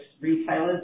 retailers